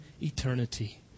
eternity